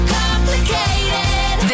complicated